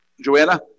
Joanna